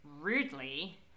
rudely